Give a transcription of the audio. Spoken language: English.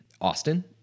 Austin